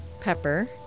pepper